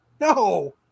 No